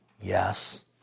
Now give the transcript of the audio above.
Yes